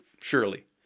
Surely